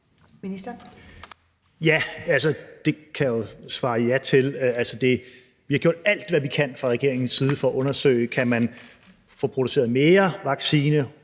Det kan jeg svare ja til. Altså, vi har gjort alt, hvad vi kan, fra regeringens side for at undersøge: Kan man få produceret mere vaccine,